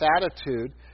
attitude